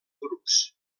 grups